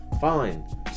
fine